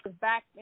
back